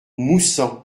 moussan